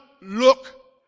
look